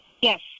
Yes